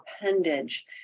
appendage